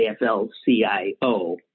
AFL-CIO